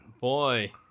boy